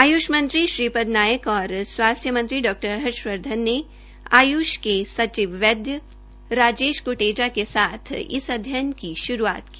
आयुष मंत्री श्रीपद नायक और स्वास्थ्य मंत्री डॉ हर्षवर्धन ने आयुष के सचिव वैद्य राजेश कुटेचा के साथ इस अध्ययन की शुरूआत की